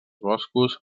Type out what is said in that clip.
boscos